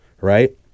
right